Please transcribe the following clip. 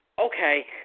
okay